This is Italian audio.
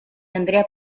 andrea